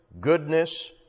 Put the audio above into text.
goodness